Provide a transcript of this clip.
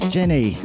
Jenny